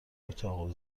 اتاق